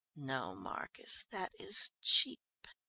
no, marcus, that is cheap.